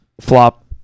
Flop